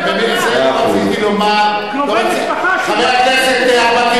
קרובי משפחה שלו נטבחו,